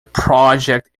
project